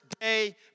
day